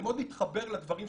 אני מאוד מתחבר לדברים שלך.